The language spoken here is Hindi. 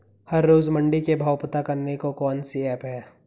हर रोज़ मंडी के भाव पता करने को कौन सी ऐप है?